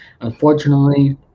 unfortunately